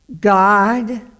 God